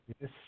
Yes